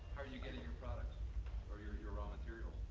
are you getting your products or your your raw materials?